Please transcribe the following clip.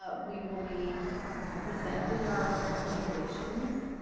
ah we will be presenting our recommendations.